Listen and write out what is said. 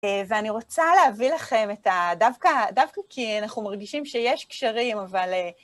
ואני רוצה להביא לכם את ה... דווקא כי אנחנו מרגישים שיש קשרים, אבל...